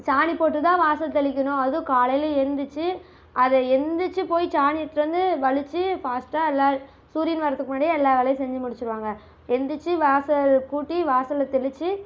சாணி போட்டு தான் வாசல் தெளிக்கணும் அதுவும் காலையில் எழுந்திருச்சு அதை எழுந்திருச்சி போய் சாணி எடுத்துகிட்டு வந்து வழுச்சு பாஸ்ட்டாக எல்லாம் சூரியன் வர்றதுக்கு முன்னாடியே எல்லா வேலையும் செஞ்சு முடிச்சுருவாங்க எழுந்திருச்சி வாசல் கூட்டி வாசலில் தெளித்து